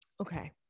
Okay